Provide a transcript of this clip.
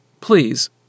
Please